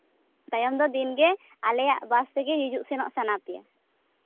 ᱛᱟᱭᱚᱢ ᱫᱚ ᱫᱤᱱᱜᱮ ᱟᱞᱮᱭᱟᱜ ᱵᱟᱥ ᱛᱮᱜᱮ ᱦᱤᱡᱩᱜ ᱥᱮᱱᱚᱜ ᱥᱟᱱᱟ ᱯᱮᱭᱟ